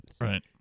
right